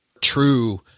true